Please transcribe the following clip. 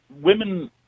women